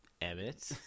Emmett